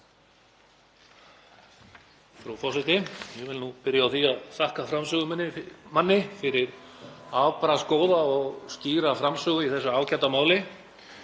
Frú forseti. Ég vil byrja á því að þakka framsögumanni fyrir afbragðsgóða og skýra framsögu í þessu ágæta máli.